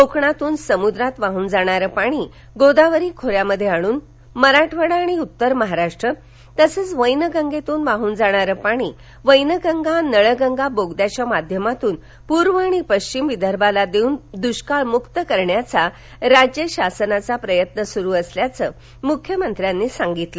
कोकणातून समुद्रात वाहून जाणारे पाणी गोदावरी खोऱ्यामध्ये आणून मराठवाडा आणि उत्तर महाराष्ट्र तसंच वैनगंगेतून वाहन जाणारे पाणी वैनगंगा नळगंगा बोगद्याच्या माध्यमातून पूर्व आणि पश्चिम विदर्भाला देऊन दृष्काळमुक्त करण्याचा राज्य शासनाचा प्रयत्न सुरु असल्याचं मुख्यमंत्र्यांनी सांगितलं